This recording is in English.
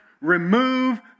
remove